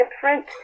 different